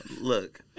Look